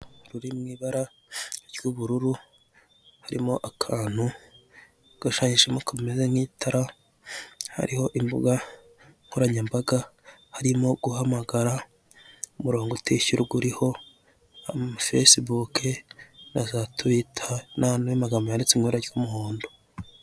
Ruriho ibara ry'ubururu harimo akantu gashahishamo kameze nk'itara hariho imbuga nkoranyambaga harimo guhamagara umurongo utishyurwa uriho fesi buke na za tuwita n'amagambo yanditse mu ibara ry'umuhondo.